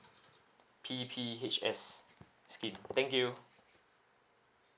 P_P_H_S scheme thank you